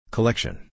Collection